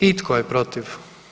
I tko je protiv?